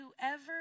whoever